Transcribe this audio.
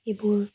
এইবোৰ